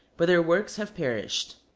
but their works have perished.